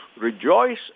rejoice